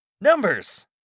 Numbers